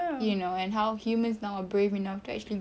you know and how humans now are brave enough to actually go